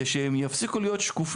על מנת שהם יפסיקו להיות שקופים,